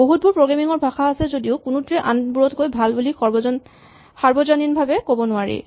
বহুতবোৰ প্ৰগ্ৰেমিং ৰ ভাষা আছে যদিও কোনোটোকেই আনবোৰতকৈ ভাল বুলি সাৰ্বজনীনভাৱে ক'ব নোৱাৰি